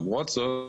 למרות זאת,